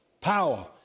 power